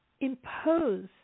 impose